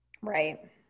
right